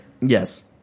yes